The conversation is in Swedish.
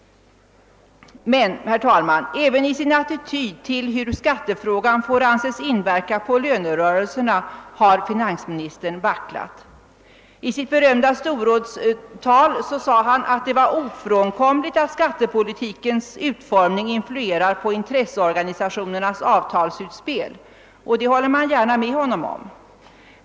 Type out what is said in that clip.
Men, herr talman, även i sin attityd till hur skattefrågan får anses inverka på lönerörelserna har finansministern vacklat. I sitt berömda storrådstal sade han att det var ofrånkomligt att skattepolitikens utformning influerar på intresseorganisationernas avtalsutspel, och det håller man gärna med honom om.